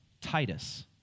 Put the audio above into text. Titus